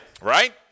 Right